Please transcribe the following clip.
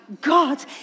God